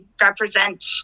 represent